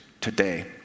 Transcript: today